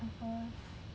of course